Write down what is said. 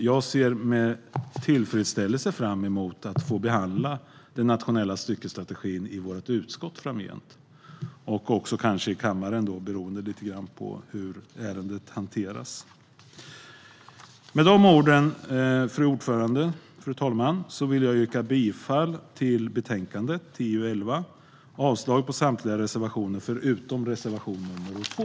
Jag ser fram emot att få behandla den i vårt utskott framgent, kanske också i kammaren - lite beroende på hur ärendet hanteras. Fru talman! Jag vill yrka bifall till utskottets förslag i TU11 och avslag på samtliga reservationer, förutom reservation 2.